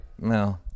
No